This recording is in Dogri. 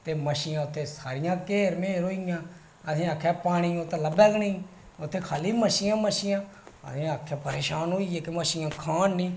ते मच्छियां उत्थै सारियां घेर म्हेर होई गेइयां असें आखेआ पानी ते उत्थै लब्भा गै नेईं उत्थै खाली मच्छियां गै मच्छियां अस आपें परेशान होई गे कि मच्छियां खान नेईं